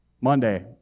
Monday